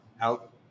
out